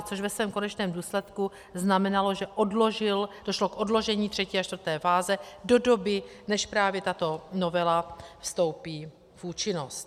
Což ve svém konečném důsledku znamenalo, že došlo k odložení třetí a čtvrté fáze do doby, než tato novela vstoupí v účinnost.